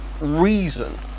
reason